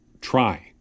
try